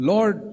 Lord